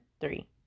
three